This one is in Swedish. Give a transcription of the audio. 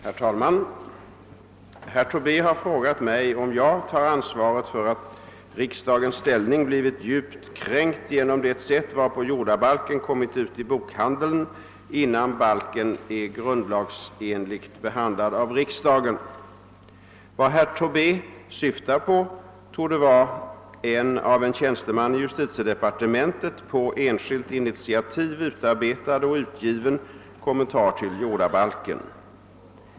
Herr talman! Herr Tobé har frågat mig om jag tar ansvaret för att riksdagens ställning blivit djupt kränkt genom det sätt varpå jordabalken kommit ut i bokhandeln innan balken är grundlagsenligt behandlad av riksdagen. Vad herr Tobé syftar på torde vara en av en tjänsteman i justitiedepartementet på enskilt initiativ utarbetad och utgiven kommentar till jordabalken.